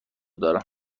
دارم